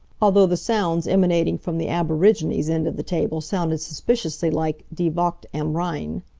although the sounds emanating from the aborigines' end of the table sounded suspiciously like die wacht am rhein.